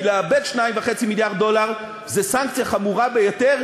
כי לאבד 2.5 מיליארד דולר זה סנקציה חמורה ביותר,